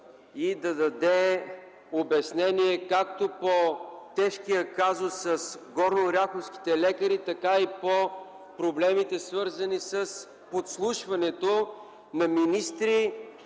и да даде обяснение както по тежкия казус с горнооряховските лекари, така и по проблемите, свързани с подслушването на министри,